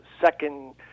second